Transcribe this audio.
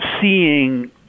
seeing